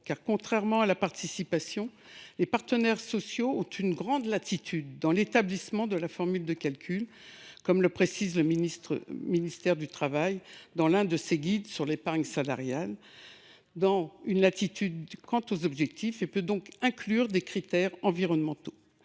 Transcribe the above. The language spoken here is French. contrairement à la participation, les partenaires sociaux ont une grande latitude dans l’établissement de la formule de calcul, comme le précise le ministère du travail dans l’un de ses guides sur l’épargne salariale. Cette formule peut donc inclure des critères environnementaux.